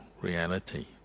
reality